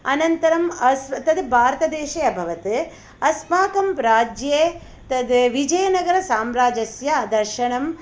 अनन्तरं तद् भारतदेशे अभवत् अस्माकं राज्ये तद् विजयनगरसाम्राज्यस्य दर्शनं